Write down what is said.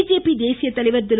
BJP தேசியத்தலைவர் திரு